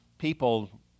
people